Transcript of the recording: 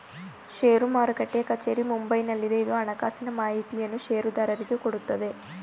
ಷೇರು ಮಾರುಟ್ಟೆಯ ಕಚೇರಿ ಮುಂಬೈನಲ್ಲಿದೆ, ಇದು ಹಣಕಾಸಿನ ಮಾಹಿತಿಯನ್ನು ಷೇರುದಾರರಿಗೆ ಕೊಡುತ್ತದೆ